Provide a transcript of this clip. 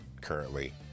currently